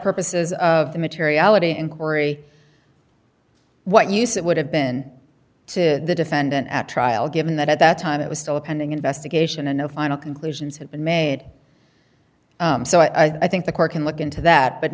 purposes of the materiality inquiry what use it would have been to defendant at trial given that at that time it was still a pending investigation and no final conclusions have been made so i think the court can look into that but